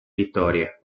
vittorie